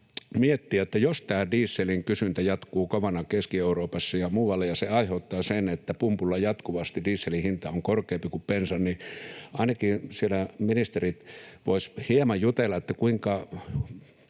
miettiä, että jos tämä dieselin kysyntä jatkuu kovana Keski-Euroopassa ja muualla ja se aiheuttaa sen, että pumpulla jatkuvasti dieselin hinta on korkeampi kuin bensan, niin ainakin siellä ministerit voisivat hieman jutella, kuinka